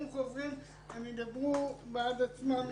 הם ידברו בעד עצמם מיד.